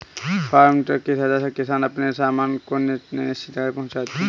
farm truck की सहायता से किसान अपने सामान को अपने निश्चित जगह तक पहुंचाते हैं